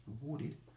rewarded